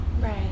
right